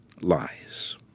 lies